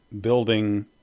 building